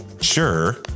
sure